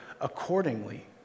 accordingly